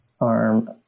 ARM